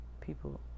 people